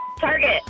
Target